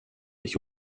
ich